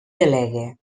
delegue